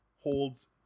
holds